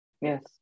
yes